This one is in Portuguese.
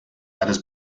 áreas